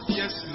yes